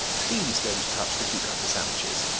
please don't touch the cucumber sandwiches.